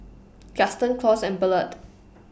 Gaston Claus and Ballard